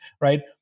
right